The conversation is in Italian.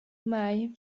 mai